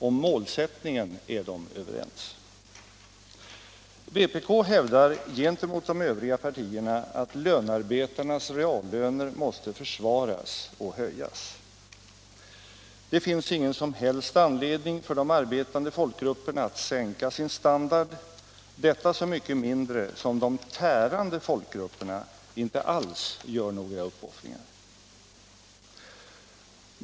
Om målsättningen är de överens. Vpk hävdar gentemot de övriga partierna att lönarbetarnas reallöner måste försvaras och höjas. Det finns ingen som helst anledning för de arbetande folkgrupperna att sänka sin standard, detta så mycket mindre som de tärande grupperna inte alls gör några uppoffringar.